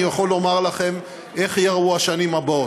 אני יכול לומר לכם איך ייראו השנים הבאות: